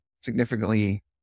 significantly